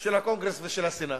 של הקונגרס והסנאט.